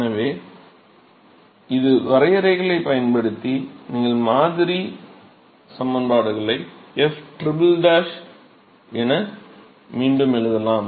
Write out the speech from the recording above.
எனவே இந்த வரையறைகளைப் பயன்படுத்தி நீங்கள் மாதிரி சமன்பாடுகளை f"' என மீண்டும் எழுதலாம்